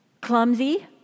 clumsy